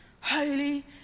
holy